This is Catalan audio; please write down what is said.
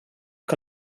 que